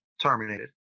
terminated